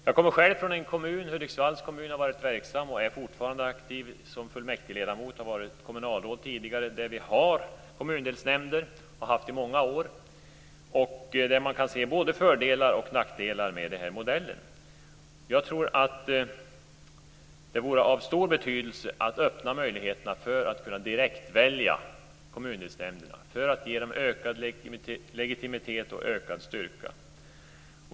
Jag kommer själv från en kommun, Hudiksvalls kommun, där jag har varit verksam och fortfarande är aktiv som fullmäktigeledamot och där jag tidigare varit kommunalråd, där man har och i många år har haft kommundelsnämnder. Där kan man se både för och nackdelar med den här modellen. Jag tror att det vore av stor betydelse om man öppnade möjligheterna att direktvälja kommundelsnämnderna för att ge dem ökad legitimitet och ökad styrka.